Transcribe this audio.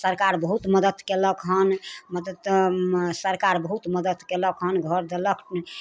सरकार बहुत मदति केलक हन मदति सरकार बहुत मदति केलक हन घर देलक